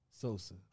Sosa